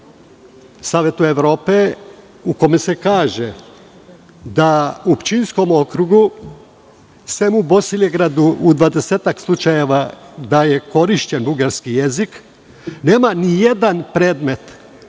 Saveta Evrope u kome se kaže da je u Pčinjskom okrugu, selu Bosilegradu, u 20-ak slučajeva korišćen bugarski jezik. Ne postoji nijedan predmet